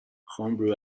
homebrew